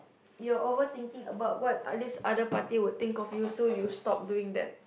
you're overthinking about what this other party would think of you so you stop doing that